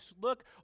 look